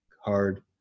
hard